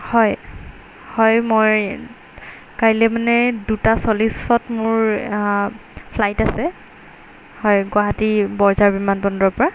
হয় হয় মই কাইলৈ মানে এই দুটা চল্লিছত মোৰ ফ্লাইট আছে হয় গুৱাহাটী বৰঝাৰ বিমানবন্দৰপৰা